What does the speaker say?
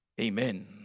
Amen